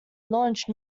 launched